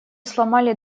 сломали